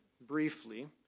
briefly